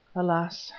alas!